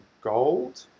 gold